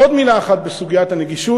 עוד מילה אחת בסוגיית הנגישות.